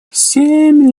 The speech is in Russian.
семь